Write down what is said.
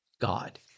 God